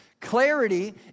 Clarity